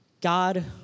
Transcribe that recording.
God